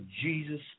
Jesus